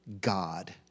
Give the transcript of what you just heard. God